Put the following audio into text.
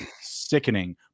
sickening